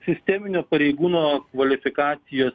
sisteminio pareigūno kvalifikacijas